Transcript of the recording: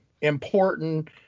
important